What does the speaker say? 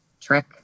trick